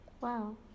Wow